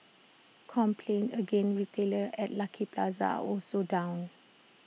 complaints against retailers at Lucky Plaza are also down